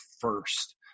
first